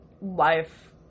life